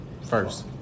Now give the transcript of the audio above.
first